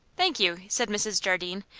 thank you, said mrs. jardine,